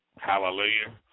Hallelujah